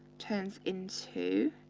turns into